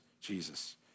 Jesus